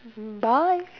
bye